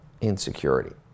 Insecurity